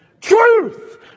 Truth